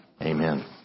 Amen